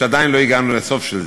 ועדיין לא הגענו לסוף של זה.